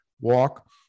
Walk